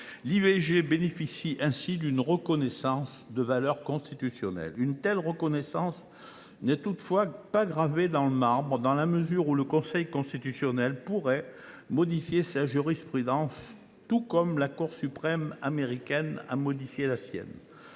ainsi bénéficier l’IVG d’une reconnaissance de valeur constitutionnelle. Une telle reconnaissance n’est toutefois pas gravée dans le marbre, dans la mesure où le Conseil constitutionnel pourrait modifier sa jurisprudence, tout comme la Cour suprême américaine a modifié la sienne.